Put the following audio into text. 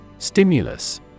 Stimulus